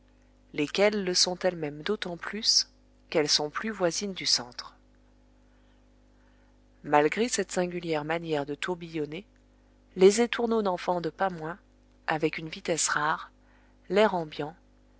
lesquelles le sont elles-mêmes d'autant plus qu'elles sont plus voisines du centre malgré cette singulière manière de tourbillonner les étourneaux n'en fendent pas moins avec une vitesse rare l'air ambiant